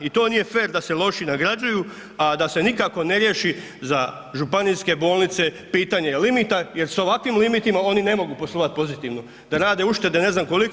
I to nije fer da se loši nagrađuju a da se nikako ne riješi za županijske bolnice pitanje limita jer s ovakvim limitima oni ne mogu poslovati pozitivno, da rade uštede ne znam kolike.